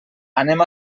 anem